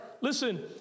Listen